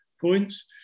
points